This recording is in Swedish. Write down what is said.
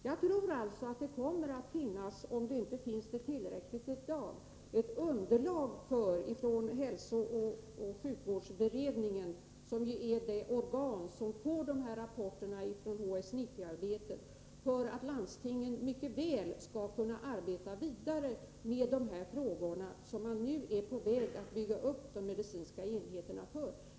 Jag tror alltså att det kommer att finnas — om det inte gör det i dag — ett tillräckligt underlag från hälsooch sjukvårdsberedningen, som är det organ som får rapporterna från HS 90-arbetet, för att landstingen mycket väl skall kunna arbeta vidare med de här frågorna, vilka man nu är på väg att bygga upp de medicinska enheterna för.